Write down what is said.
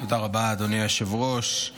תודה רבה, אדוני היושב-ראש.